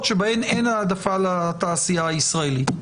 שבהן אין העדפה לתעשייה הישראלית.